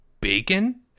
bacon